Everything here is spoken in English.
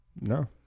No